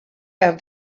have